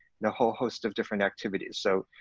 and a whole host of different activities. so,